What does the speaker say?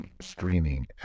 streaming